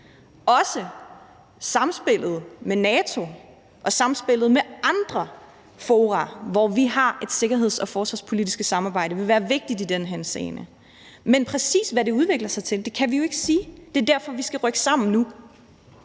og samspillet med andre fora, hvor vi har et sikkerheds- og forsvarspolitisk samarbejde, vil være vigtigt i den henseende. Men præcis hvad det udvikler sig til, kan vi jo ikke sige. Det er derfor, vi skal rykke sammen nu.